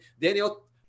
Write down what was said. Daniel